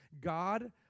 God